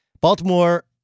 Baltimore